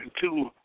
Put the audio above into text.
two